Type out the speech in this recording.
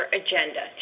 agenda